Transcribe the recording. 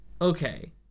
okay